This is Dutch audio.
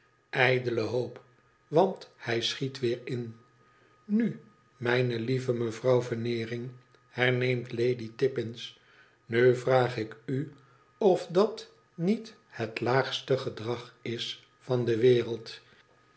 ijdele hoop want hij schiet weer in ntt mijne lieve mevrouw veneering herneemt lady tippins nu traag ik u of dat niet het laagste gedrag is van de wereld